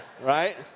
Right